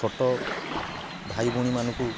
ଛୋଟ ଭାଇ ଭଉଣୀମାନଙ୍କୁ